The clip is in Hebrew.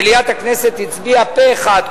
ומליאת הכנסת הצביעה פה-אחד,